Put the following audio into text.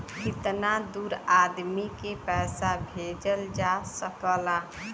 कितना दूर आदमी के पैसा भेजल जा सकला?